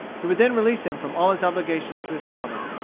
he would then release him from all his obligations to his father,